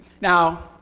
Now